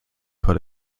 put